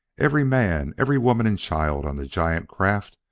every man, every woman and child on the giant craft,